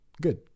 good